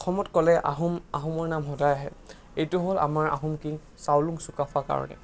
অসমত ক'লে আহোম আহোমৰ নাম সদায় আহে এইটো হ'ল আমাৰ আহোম কিং চাউলুং চুকাফা কাৰণে